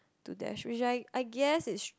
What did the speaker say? to Dash which I I guess it~